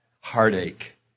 heartache